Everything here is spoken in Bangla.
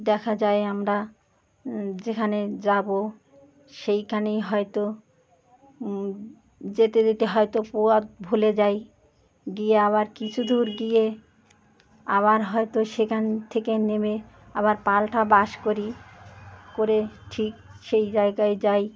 দেখা যায় আমরা যেখানে যাবো সেইখানেই হয়তো যেতে যেতে হয়তো পোয়া ভুলে যাই গিয়ে আবার কিছু দূর গিয়ে আবার হয়তো সেখান থেকে নেমে আবার পাল্টা বাস করি করে ঠিক সেই জায়গায় যাই